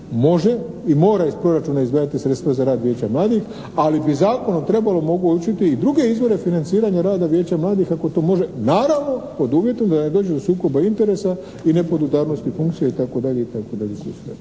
može i mora iz proračuna izdvajati sredstva za rad vijeća mladih ali bi zakonom trebalo omogućiti i druge izvore financiranja rada vijeća mladih ako to može, naravno pod uvjetom da ne dođe do sukoba interesa i nepodudarnosti funkcije itd. I zbog